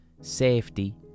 safety